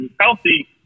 healthy